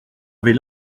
avait